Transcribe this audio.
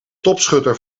topschutter